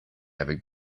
avec